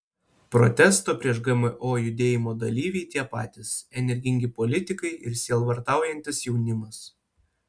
protesto prieš gmo judėjimo dalyviai tie patys energingi politikai ir sielvartaujantis jaunimas